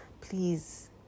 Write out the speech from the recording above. please